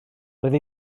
roedd